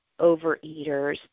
overeaters